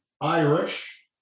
Irish